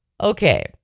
Okay